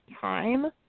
time